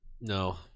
No